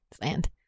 Land